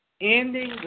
ending